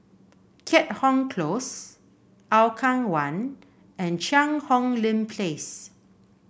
Keat Hong Close Hougang One and Cheang Hong Lim Place